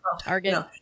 Target